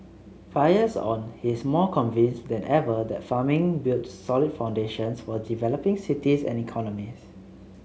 five years on he is more convinced than ever that farming builds solid foundations for developing cities and economies